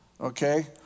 okay